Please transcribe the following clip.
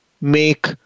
make